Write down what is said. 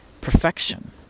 Perfection